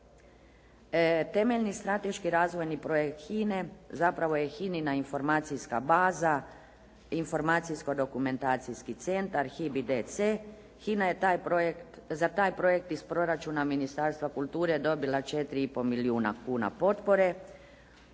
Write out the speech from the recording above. Temeljni strateški razvojni projekt HINA-e zapravo je HINA-ina informacijska baza, informacijsko-dokumentacijski centar HBDC. HINA je za taj projekt iz proračuna Ministarstva kulture dobila 4,5 milijuna kuna potpore